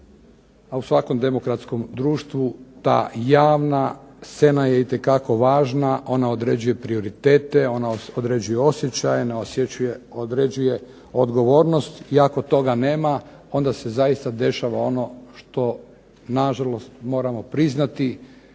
u svakom demokratskom društvu ta javna scena je itekako važna, ona određuje prioritete, ona određuje osjećaje, ona određuje odgovornost i ako toga nema onda se zaista dešava ono što nažalost moramo priznati